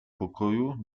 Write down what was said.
pokoju